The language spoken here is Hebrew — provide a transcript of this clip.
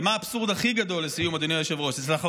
ולסיום, אדוני היושב-ראש, מה האבסורד הכי גדול?